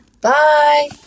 Bye